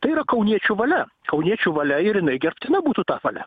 tai yra kauniečių valia kauniečių valia ir jinai gerbtina būtų ta valia